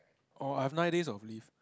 oh I have nine days of leave